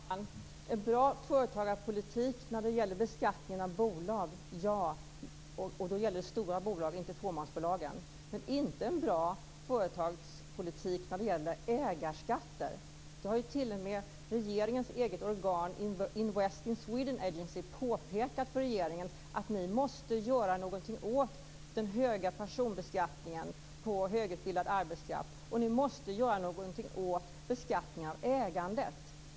Fru talman! Ja, vi har en bra företagarpolitik när det gäller beskattningen av bolag. Det gäller stora bolag, inte fåmansbolag. Men vi har inte en bra företagspolitik när det gäller ägarskatter. Det har t.o.m. regeringens eget organ Invest in Sweden Agency påpekat för regeringen och sagt att ni måste göra någonting åt den höga personbeskattningen på högutbildad arbetskraft. Ni måste göra någonting åt beskattningen av ägandet.